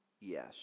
Yes